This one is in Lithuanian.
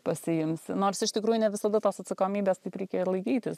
pasiimsi nors iš tikrųjų ne visada tos atsakomybės taip reikia ir laikytis